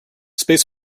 space